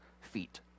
feet